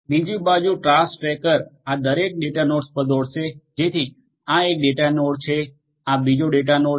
બીજી બાજુ task tracker આ દરેક ડેટાનોડ્સ પર દોડશે જેથી આ એક ડેટાનોડ છે આ બીજો ડેટાનોડ છે